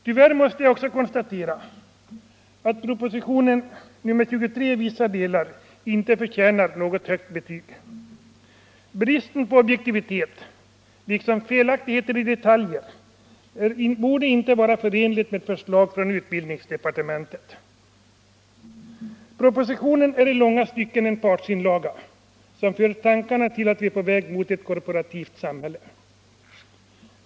Tyvärr måste jag också konstatera att propositionen 23 i vissa delar inte förtjänar något högt betyg. Bristen på objektivitet liksom felaktigheterna i detaljer borde inte vara förenliga med ett förslag från utbildningsdepartementet. Propositionen är i långa stycken en partsinlaga som för tankarna till att vi är på väg mot ett korporativt samhälle.